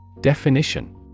Definition